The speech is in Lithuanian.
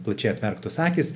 plačiai atmerktos akys